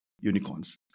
unicorns